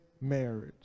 marriage